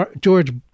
George